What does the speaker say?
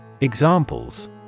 Examples